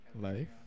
life